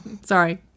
Sorry